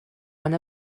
one